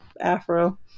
afro